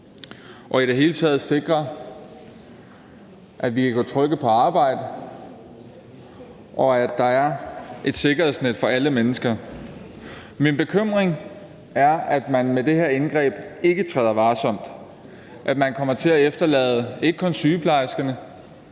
og i det hele taget sikre, at vi kan gå trygge på arbejde, og at der er et sikkerhedsnet for alle mennesker. Min bekymring er, at man med det her indgreb ikke træder varsomt, at man kommer til at efterlade, ikke kun sygeplejerskerne,